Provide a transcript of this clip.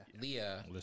Leah